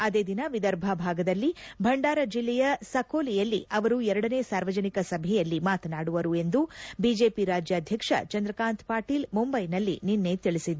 ಅದೇ ದಿನ ವಿದರ್ಭ ಭಾಗದಲ್ಲಿ ಭಂಡಾರ ಜಿಲ್ಲೆಯ ಸಕೋಲಿಯಲ್ಲಿ ಅವರು ಎರಡನೇ ಸಾರ್ವಜನಿಕ ಸಭೆಯಲಲಿ ಮಾತನಾಡುವರು ಎಂದು ಬಿಜೆಪಿ ರಾಜ್ಯಾಧ್ಯಕ್ಷ ಚಂದ್ರಕಾಂತ್ ಪಾಟೀಲ್ ಮುಂಬೈನಲ್ಲಿ ನಿನ್ನೆ ತಿಳಿಸಿದ್ದಾರೆ